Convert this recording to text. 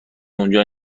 اونجا